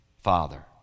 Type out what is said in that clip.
Father